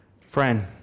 Friend